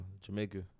Jamaica